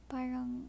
Parang